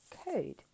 code